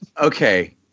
Okay